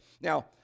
now